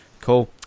Cool